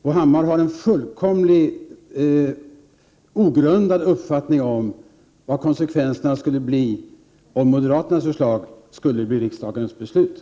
Bo Hammar har en fullkomligt ogrundad uppfattning om vad konsekvenserna skulle bli om riksdagen skulle bifalla moderaternas förslag.